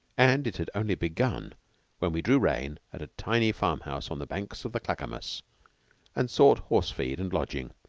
and it had only begun when we drew rein at a tiny farm-house on the banks of the clackamas and sought horse feed and lodging,